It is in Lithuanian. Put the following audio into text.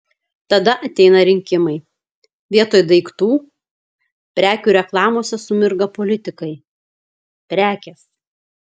tada ateina rinkimai vietoj daiktų prekių reklamose sumirga politikai prekės